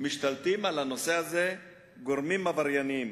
משתלטים על הנושא הזה גורמים עברייניים.